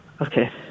Okay